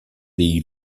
dei